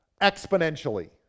exponentially